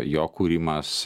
jo kūrimas